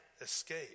escape